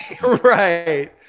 Right